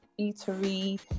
eatery